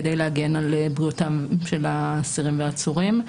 כדי להגן על בריאותם של האסירים והעצורים.